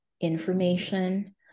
information